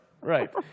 Right